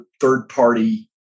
third-party